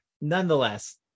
nonetheless